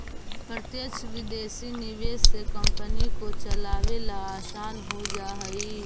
प्रत्यक्ष विदेशी निवेश से कंपनी को चलावे ला आसान हो जा हई